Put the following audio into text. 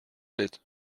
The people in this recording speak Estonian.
olid